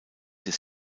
des